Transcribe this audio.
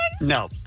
No